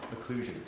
occlusion